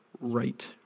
Right